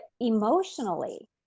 emotionally